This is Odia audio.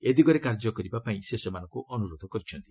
ଏଦିଗରେ କାର୍ଯ୍ୟ କରିବାପାଇଁ ସେ ସେମାନଙ୍କୁ ଅନୁରୋଧ କରିଛନ୍ତି